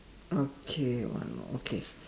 okay one more okay